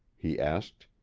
he asked.